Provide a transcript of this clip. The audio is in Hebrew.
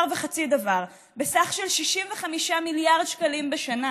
וחצי דבר בסך של 65 מיליארד שקלים בשנה,